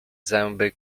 zęby